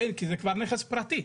כי זה כבר נכס פרטי,